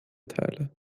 teile